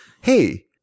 hey